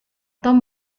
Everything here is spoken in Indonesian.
tom